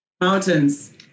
Mountains